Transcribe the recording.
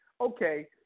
okay